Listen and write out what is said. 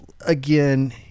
again